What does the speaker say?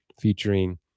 featuring